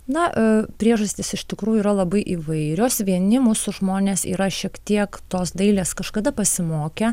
na priežastys iš tikrųjų yra labai įvairios vieni mūsų žmonės yra šiek tiek tos dailės kažkada pasimokę